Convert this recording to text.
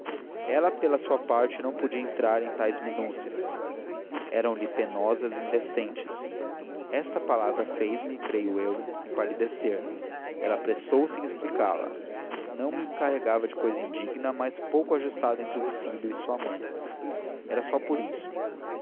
ela pela sua parte não podia entrar em tais minúcias eram-lhe penosas e indecentes esta palavra faz-me creio eu empalidecer ela apressou-se em explicá la não me encarregava de cousa indigna mas pouco ajustada entre um filho e sua mãe era só por isso